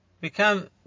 become